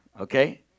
okay